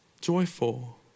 joyful